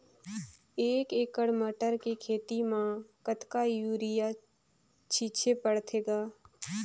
एक एकड़ मटर के खेती म कतका युरिया छीचे पढ़थे ग?